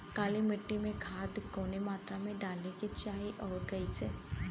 काली मिट्टी में खाद कवने मात्रा में डाले के चाही अउर कइसे?